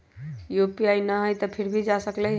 UPI न हई फिर भी जा सकलई ह?